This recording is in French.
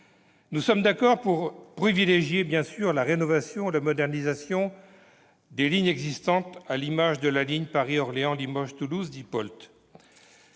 Nous sommes d'accord pour privilégier la rénovation et la modernisation des lignes existantes, à l'image de la ligne Paris-Orléans-Limoges-Toulouse, dite